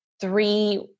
three